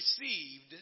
received